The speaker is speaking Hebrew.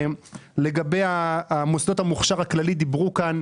לגבי מוסדות המוכש"ר הכללי דיברו כאן.